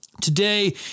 Today